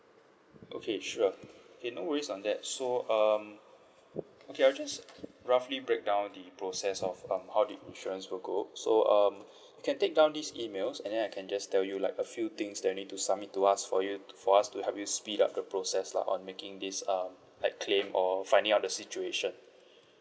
okay sure okay no worries on that so um okay I'll just roughly break down the process of um how the insurance will goes so um you can take down this email and then I can just tell you like a few things that need to submit to us for you for us to help you speed up the process lah on making this um like claim or finding out the situation